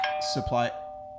supply